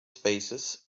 spaces